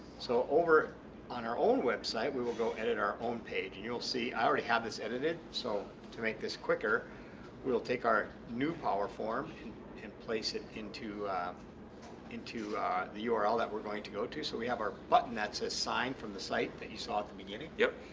so over on our own website we will go edit our own page and you'll see i already have this edited so to make this quicker we'll take our new powerform and place it into into the url that we're going to go to. so we have our button that says sign from the site that you saw at the beginning? yep.